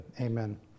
Amen